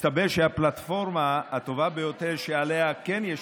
מסתבר שהפלטפורמה הטובה ביותר שעליה כן יש